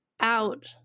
out